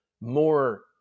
more